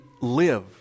live